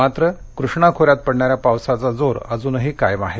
मात्र कृष्णा खोऱ्यात पडणाऱ्या पावसाचा जोर अजूनही कायम आहे